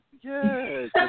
Yes